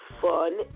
fun